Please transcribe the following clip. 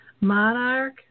monarch